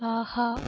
ஆஹா